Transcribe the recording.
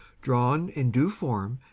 drawn in due form,